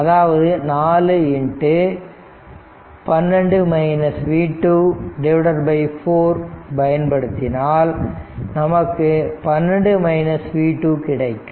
அதாவது 4 4 பயன்படுத்தினால் நமக்கு 12 v 2 கிடைக்கும்